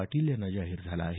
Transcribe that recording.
पाटील यांना जाहीर झाला आहे